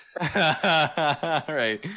Right